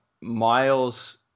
Miles